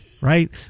Right